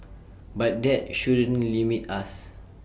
but that shouldn't limit us